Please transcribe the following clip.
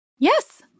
Yes